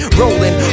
rolling